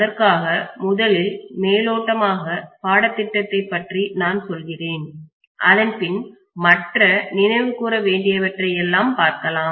அதற்காக முதலில் மேலோட்டமாக பாடத்திட்டத்தை பற்றி நான் சொல்கிறேன் அதன்பின் மற்ற நினைவுகூர வேண்டியவற்றை எல்லாம் பார்க்கலாம்